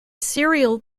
serial